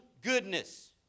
goodness